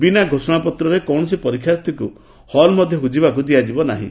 ବିନା ଘୋଷଣାପତ୍ରରେ କୌଣସି ପରୀକ୍ଷାର୍ଥୀଙ୍କୁ ହଲ୍ ମଧ୍ୟକୁ ଯିବାକୁ ଦିଆଯିବ ନାହିଁ